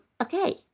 Okay